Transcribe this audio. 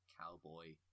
cowboy